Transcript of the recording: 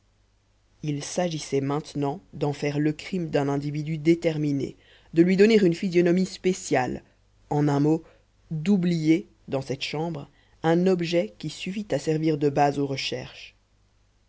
il s'agissait maintenant d'en faire le crime d'un individu déterminé de lui donner une physionomie spéciale en un mot d'oublier dans cette chambre un objet qui suffit à servir de base aux recherches